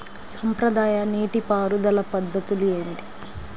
సాంప్రదాయ నీటి పారుదల పద్ధతులు ఏమిటి?